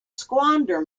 squander